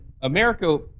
America